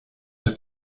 der